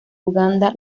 uganda